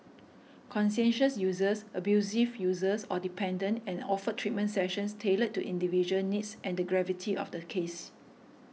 conscientious users abusive users or dependent and offered treatment sessions tailored to individual needs and the gravity of the case